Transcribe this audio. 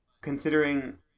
considering